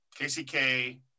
kck